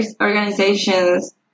organizations